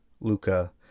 Luca